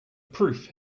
proof